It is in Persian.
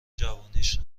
جوونیش